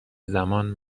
زمان